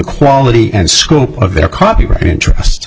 quality and school of their copyright interest